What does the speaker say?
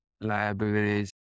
liabilities